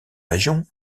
région